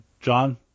John